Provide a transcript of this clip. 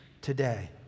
today